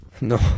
No